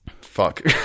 Fuck